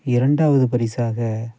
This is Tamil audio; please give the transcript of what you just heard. இரண்டாவது பரிசாக